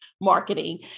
marketing